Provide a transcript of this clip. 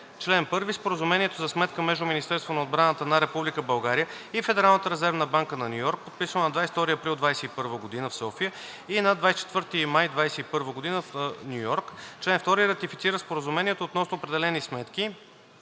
Чл. 1. Споразумението за сметка между Министерството на отбраната на Република България и Федералната резервна банка на Ню Йорк, подписано на 22 април 2021 г. в София и на 24 май 2021 г. в Ню Йорк. Чл. 2. Ратифицира Споразумението относно определени сметки,